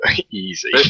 easy